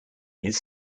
his